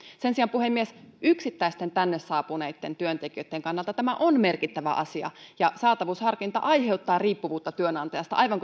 sen sijaan puhemies yksittäisten tänne saapuneitten työntekijöitten kannalta tämä on merkittävä asia ja saatavuusharkinta aiheuttaa riippuvuutta työnantajasta aivan